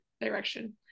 direction